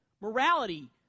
Morality